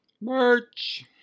merch